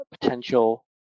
potential